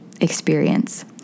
experience